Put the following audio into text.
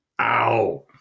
Ow